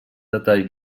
detall